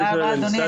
תודה רבה, אדוני.